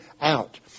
out